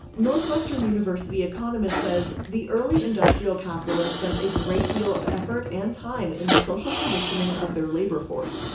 northwestern university economist says, the early industrial capitalists, spent a great deal of effort and time in the social conditioning of their labor force,